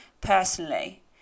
personally